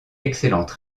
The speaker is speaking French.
excellente